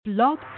Blog